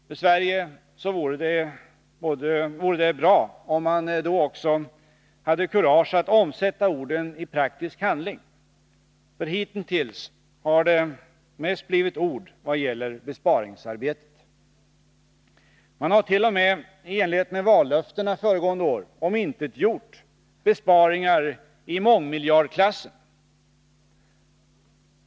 För Sverige vore det bra, om man då också hade kurage att omsätta orden i praktisk handling, för hitintills har det mest blivit ord i vad gäller besparingsarbetet. Man har t.o.m. i enlighet med vallöften föregående år omintetgjort besparingar i mångmiljardklassen.